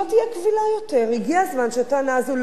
הגיע הזמן שהטענה הזו לא תהיה קבילה יותר.